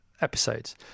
episodes